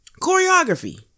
Choreography